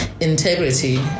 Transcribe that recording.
integrity